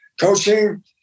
Coaching